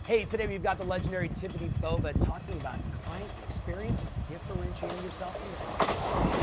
hey, today we've got the legendary tiffani bova talking about client experience, and differentiating yourself from the competition.